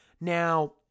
Now